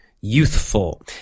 Youthful